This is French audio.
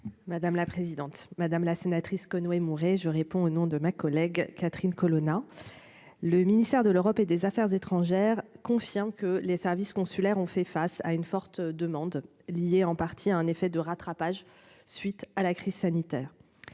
Madame la présidente, madame la sénatrice Conway Mouret je réponds au nom de ma collègue Catherine Colonna, le ministère de l'Europe et des Affaires étrangères, confirme que les services consulaires ont fait face à une forte demande liée en partie à un effet de rattrapage, suite à la crise sanitaire